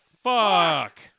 Fuck